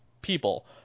people